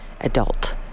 adult